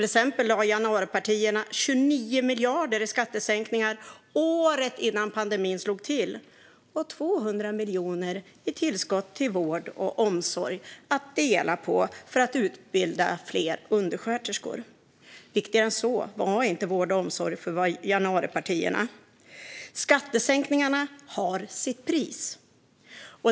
Exempelvis lade januaripartierna 29 miljarder kronor i skattesänkningar året innan pandemin slog till och 200 miljoner kronor i tillskott till vård och omsorg att dela på för att utbilda fler undersköterskor. Viktigare än så var inte vård och omsorg för januaripartierna. Skattesänkningarna har sitt pris.